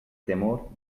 temor